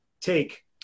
take